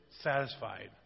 Satisfied